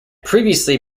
previously